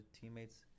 teammates